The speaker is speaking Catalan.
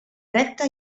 recta